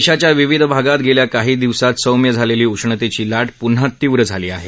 देशाच्या विविध भागात गेल्या काही दिवसात सौम्य झालेली उष्णतेची लाट प्न्हा तीव्र झाली आहे